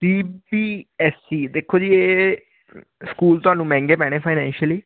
C B S C ਦੇਖੋ ਜੀ ਇਹ ਸਕੂਲ ਤੁਹਾਨੂੰ ਮਹਿੰਗੇ ਪੈਣੇ ਫਾਈਨੈਸ਼ੀਅਲੀ